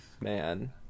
man